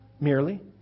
merely